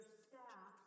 staff